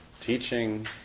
teaching